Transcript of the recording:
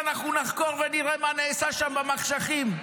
אנחנו נחקור ונראה מה נעשה שם במחשכים,